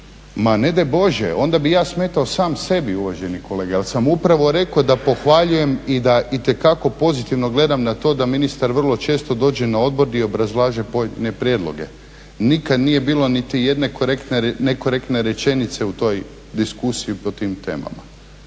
Ma ne daj Bože, onda bih ja smetao sam sebi, uvaženi kolega, jer sam upravo rekao da pohvaljujem i da itekako pozitivno gledam na to da ministar vrlo često dođe na odbor gdje obrazlaže pojedine prijedloge. Nikad nije bilo niti jedne nekorektne rečenice u toj diskusiji po tim temama